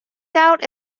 doubt